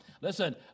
listen